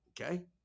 okay